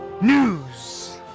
News